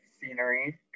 scenery